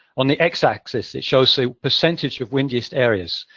on the x-axis, it shows a percentage of windiest areas.